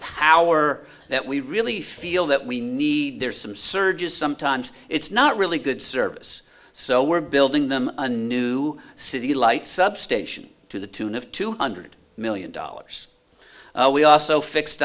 power that we really feel that we need there's some surges sometimes it's not really good service so we're building them a new city light substation to the tune of two hundred million dollars we also fixed